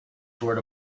toward